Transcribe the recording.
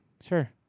Sure